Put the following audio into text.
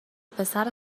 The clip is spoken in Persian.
پسر